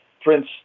Prince